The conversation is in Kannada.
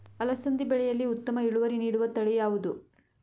ಅಲಸಂದಿ ಬೆಳೆಯಲ್ಲಿ ಉತ್ತಮ ಇಳುವರಿ ನೀಡುವ ತಳಿ ಯಾವುದು?